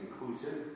inclusive